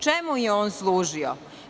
Čemu je on služio?